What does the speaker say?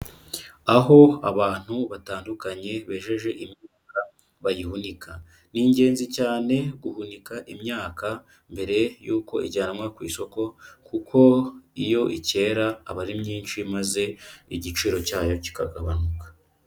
Aho abantu batandukanye bejeje imyaka bayihunika, ni ingenzi cyane guhunika imyaka mbere yuko ijyanwa ku isoko, kuko iyo ikera aba ari myinshi maze igiciro cyayo kikagabanuka.